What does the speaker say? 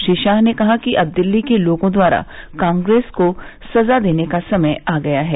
श्री शाह ने कहा कि अब दिल्ली के लोगों द्वारा कांग्रेस को सजा देने का समय आ गया है